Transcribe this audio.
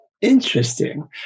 Interesting